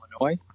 Illinois